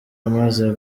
amaze